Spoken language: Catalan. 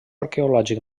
arqueològic